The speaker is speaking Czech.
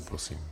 Prosím.